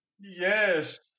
Yes